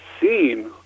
seen